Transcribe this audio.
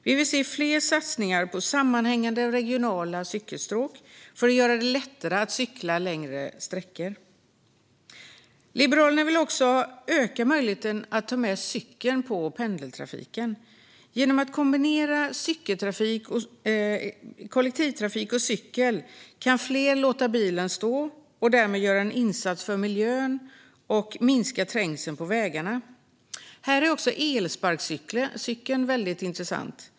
Vi vill se fler satsningar på sammanhängande regionala cykelstråk för att göra det lättare att cykla längre sträckor. Liberalerna vill också öka möjligheten att ta med cykeln på pendeln. Genom att kombinera kollektivtrafik och cykel kan fler låta bilen stå och därmed göra en insats för miljön och minska trängseln på vägarna. Här är också elsparkcykeln intressant.